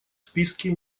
списке